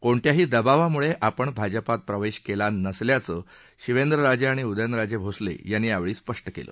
कोणत्याही दबावामुळे आपण भाजपात प्रवेश केला नसल्याचं शिवेंद्र राजे आणि उदयनराजे भोसले यांनी यावेळी स्पष्ट केलं